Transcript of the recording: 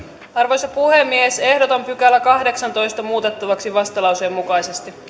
arvoisa puhemies ehdotan kahdeksannentoista pykälän muutettavaksi vastalauseen mukaisesti